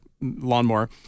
lawnmower